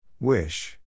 Wish